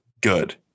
good